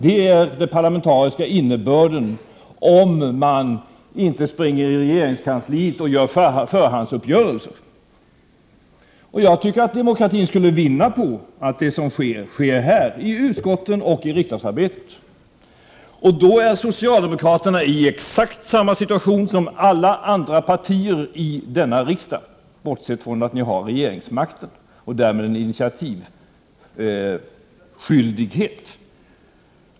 Det är den parlamentariska innebörden om man inte springer i regeringskansliet och träffar förhandsuppgörelser. Demokratin skulle vinna på att det som sker sker här, i utskotten och i riksdagsarbetet i övrigt. Då är socialdemokraterna i exakt samma situation som alla andra partier i denna riksdag, bortsett från att ni har regeringsmakten och därmed en initiativskyldighet.